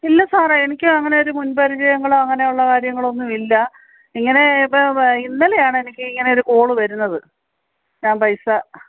ഇല്ല സാറേ എനിക്ക് അങ്ങനെയൊരു മുൻ പരിചയങ്ങളോ അങ്ങനെയുള്ള കാര്യങ്ങളോ ഒന്നും ഇല്ല ഇങ്ങനെ ഇപ്പോൾ ഇന്നലെയാണ് എനിക്ക് ഇങ്ങനെ ഒരു കോൾ വരുന്നത് ഞാൻ പൈസ